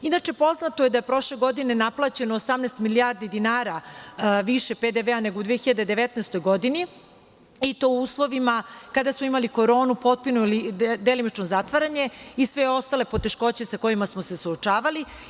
Inače, poznato je da je prošle godine naplaćeno 18 milijardi dinara više PDV nego u 2019. godini, i to u uslovima kada smo imali koronu, potpuno ili delimično zatvaranje, i sve ostale poteškoće sa kojima se suočavali.